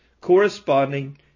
corresponding